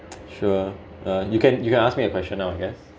sure uh you can you can ask me a question now I guess